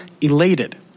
elated